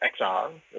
XR